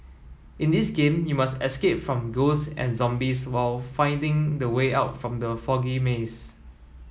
in this game you must escape from ghosts and zombies while finding the way out from the foggy maze